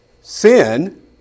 sin